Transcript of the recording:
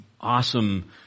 awesome